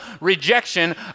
rejection